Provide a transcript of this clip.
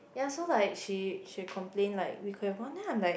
ya so like she she will complain like we could've gone ah